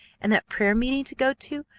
and that prayer meeting to go to?